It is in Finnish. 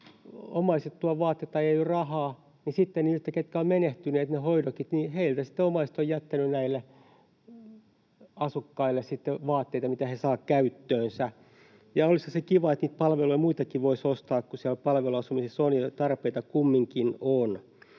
omaiset tuo vaatteita tai ei ole rahaa, niin sitten niiltä, ketkä ovat menehtyneet, niiltä hoidokeilta omaiset ovat jättäneet näille asukkaille vaatteita, mitä he saavat käyttöönsä. Olisihan se kiva, että muitakin palveluja voisi ostaa, kun siellä palveluasumisessa on ja tarpeita kumminkin on.